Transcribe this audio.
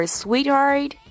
sweetheart